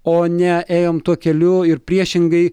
o ne ėjome tuo keliu ir priešingai